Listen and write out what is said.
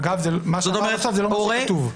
אגב, מה שאמרת עכשיו זה לא מה שכתוב.